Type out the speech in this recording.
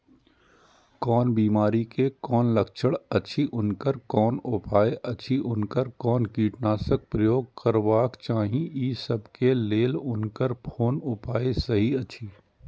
कोन बिमारी के कोन लक्षण अछि उनकर कोन उपाय अछि उनकर कोन कीटनाशक प्रयोग करबाक चाही ई सब के लेल उनकर कोन उपाय सहि अछि?